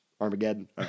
Armageddon